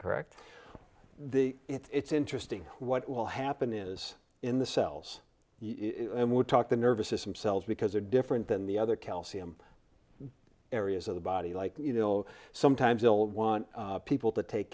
correct the it's interesting what will happen is in the cells and would talk the nervous system cells because they're different than the other calcium areas of the body like you know sometimes they'll want people to take